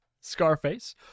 Scarface